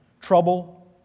Trouble